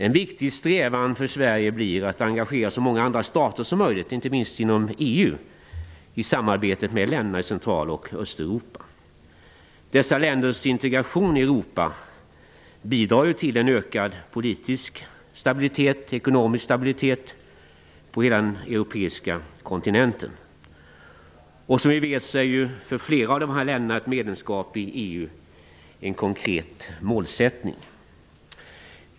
En viktig strävan för Sverige blir att engagera så många andra stater som möjligt, inte minst inom EU, i samarbetet med länderna i Central och Östeuropa. Dessa länders integration i Europa bidrar till en ökad politisk och ekonomisk stabilitet på den europeiska kontinenten. För flera av de här länderna är ett medlemskap i EU en konkret målsättning.